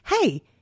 hey